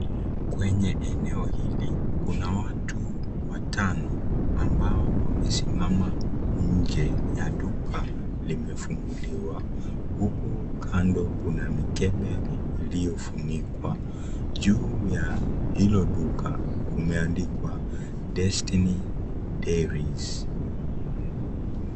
Kwenye eneo hili kuna watu watano ambao wamesimama nje ya duka limefunguliwa huku kando kuna mkebe uliofunikwa. Juu ya hilo duka kumeandikwa " Destiny Dairies"